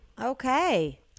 Okay